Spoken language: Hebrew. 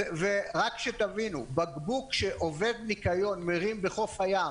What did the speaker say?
רק שתבינו, בקבוק שעובד ניקיון מרים בחוף הים,